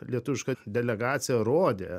lietuviška delegacija rodė